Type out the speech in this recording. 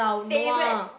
favourites